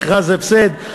מכרז הפסד.